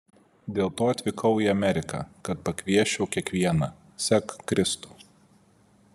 dėl to atvykau į ameriką kad pakviesčiau kiekvieną sek kristų